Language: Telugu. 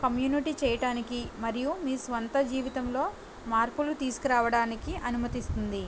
కమ్యూనిటీ చేయటానికి మరియు మీ సొంత జీవితంలో మార్పులు తీసుకురావటానికి అనుమతిస్తుంది